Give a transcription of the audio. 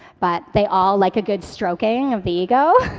but they all like a good stroking of the ego.